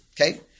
okay